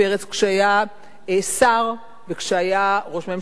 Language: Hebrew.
כשהוא היה שר וכשהיה ראש הממשלה,